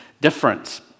difference